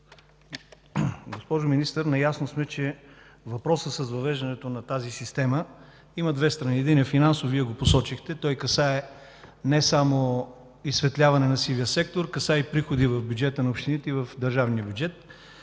Госпожо Министър, наясно сме, че въпросът с въвеждането на тази система има две страни. Единият е финансов – Вие го посочихте. Той касае не само изсветляване на сивия сектор, но и приходите в бюджета на общините и в държавния бюджет.